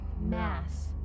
Mass